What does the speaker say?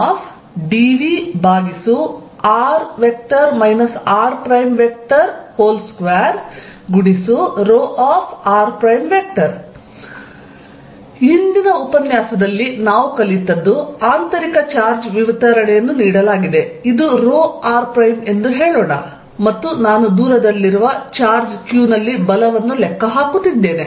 Fq4π0dVr r2ρr ಹಿಂದಿನ ಉಪನ್ಯಾಸದಲ್ಲಿ ನಾವು ಕಲಿತದ್ದು ಆಂತರಿಕ ಚಾರ್ಜ್ ವಿತರಣೆಯನ್ನು ನೀಡಲಾಗಿದೆ ಇದು ರೋ ಆರ್ ಪ್ರೈಮ್ ಎಂದು ಹೇಳೋಣ ಮತ್ತು ನಾನು ದೂರದಲ್ಲಿರುವ ಚಾರ್ಜ್ q ನಲ್ಲಿ ಬಲವನ್ನು ಲೆಕ್ಕ ಹಾಕುತ್ತಿದ್ದೇನೆ